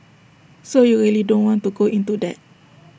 so you really don't want to go into that